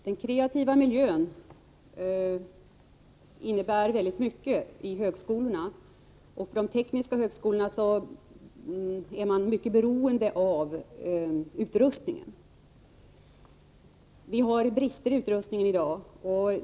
Herr talman! Den kreativa miljön i högskolorna innebär mycket. Inom de tekniska högskolorna är man givetvis mycket beroende av utrustningen. Vi har brister i utrustningen i dag.